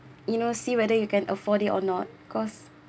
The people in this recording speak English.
you know see whether you can afford it or not cause